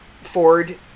Ford